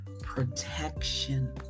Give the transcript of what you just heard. protection